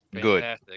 good